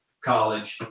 college